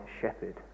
shepherd